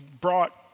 brought